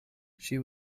she